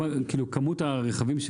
תחשבו על כמות הרכבים,